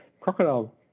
crocodile